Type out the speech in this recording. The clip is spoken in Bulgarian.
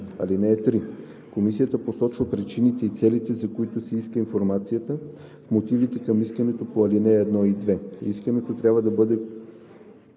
181б. (3) Комисията посочва причините и целите, за които се иска информацията, в мотивите към искането по ал. 1 и 2. Искането трябва да бъде